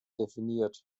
definiert